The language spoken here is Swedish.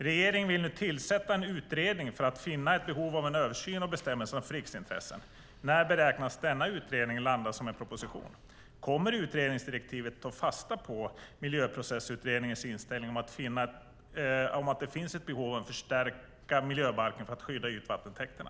Regeringen vill tillsätta en utredning för att det finns ett behov av en översyn av bestämmelserna för riksintressen. När beräknas denna utredning landa som en proposition? Kommer utredningsdirektivet att ta fasta på Miljöprocessutredningens inställning om att det finns ett behov av att förstärka miljöbalken för skydda ytvattentäkterna?